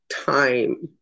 time